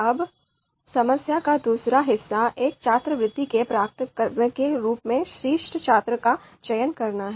अब समस्या का दूसरा हिस्सा एक छात्रवृत्ति के प्राप्तकर्ता के रूप में शीर्ष छात्रों का चयन करना है